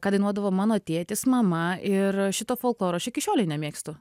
ką dainuodavo mano tėtis mama ir šito folkloro aš iki šiolei nemėgstu